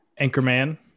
anchorman